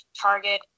target